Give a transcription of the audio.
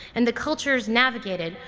and the cultures navigated,